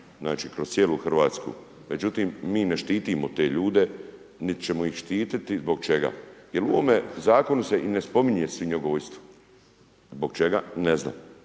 znači kroz cijelu Hrvatsku međutim mi ne štitimo te ljude niti ćemo ih štititi, zbog čega? Jer u ovome zakonu i ne spominje svinjogojstvo, zbog čega, ne znam.